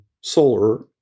solar